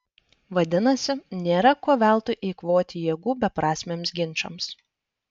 vadinasi nėra ko veltui eikvoti jėgų beprasmiams ginčams